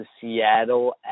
Seattle